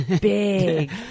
Big